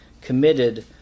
committed